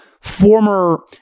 former